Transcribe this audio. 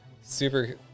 super